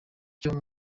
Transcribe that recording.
cyo